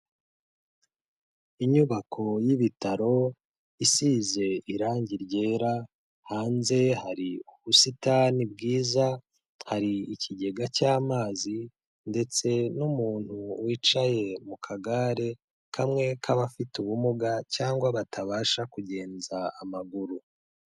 Inyubako y'ibitaro isize irangi ryera, hanze hari ubusitani bwiza, hari ikigega cy'amazi ndetse n'umuntu wicaye mu kagare kamwe k'abafite ubumuga cyangwa batabasha kugenza amaguru.